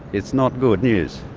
it's not good news.